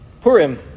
Purim